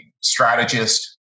strategist